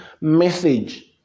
message